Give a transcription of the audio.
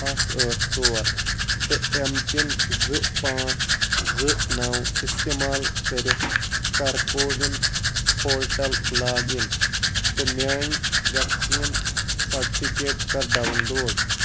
اکھ ٲٹھ ژور تہٕ ایم پِن زٕ پانٛژ زٕ نو استعمال کٔرِتھ کر کووِن پورٹل لاگ اِن تہٕ میٛٲنۍ ویکسیٖن سرٹِفِکیٹ کَر ڈاوُن لوڈ